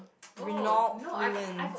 Renault-Fluence